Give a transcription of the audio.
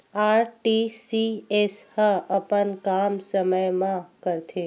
RTGS ह अपन काम समय मा करथे?